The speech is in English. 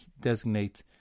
designate